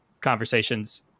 conversations